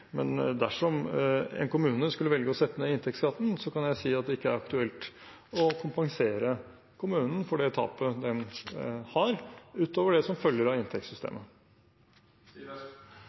men dersom en kommune skulle velge å sette ned inntektsskatten, kan jeg si at det ikke er aktuelt å kompensere kommunen for det tapet den har, utover det som følger av inntektssystemet.